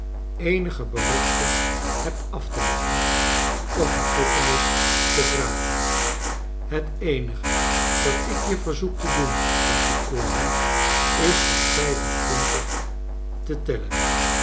eenige belofte hebt af te leggen of vergiffenis te vragen het eenige dat ik je verzoek te doen tattycoram is tot vijfentwintig te tellen